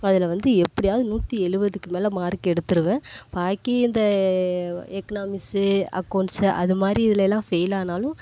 அதில் வந்து எப்படியாது நூற்றி எழுபதுக்கு மேலே மார்க்கு எடுத்துருவேன் பாக்கி இந்த எக்கனாமிஸ்ஸு அக்கோண்ஸ்ஸு அதுமாதிரி இதுலலாம் ஃபெயிலானாலும்